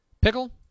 Pickle